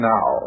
Now